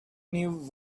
knew